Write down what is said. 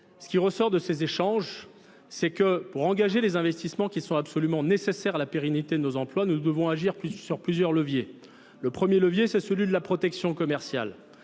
ce qui ressort de ces échanges, c'est que pour engager les investissements qui sont absolument nécessaires à la pérennité de nos emplois, nous devons agir sur plusieurs leviers. Le premier levier, c'est celui de la protection commerciale.